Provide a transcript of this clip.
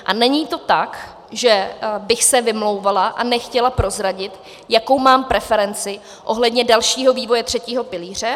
A není to tak, že bych se vymlouvala a nechtěla prozradit, jakou mám preferenci ohledně dalšího vývoje třetího pilíře.